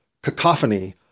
cacophony